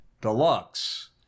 Deluxe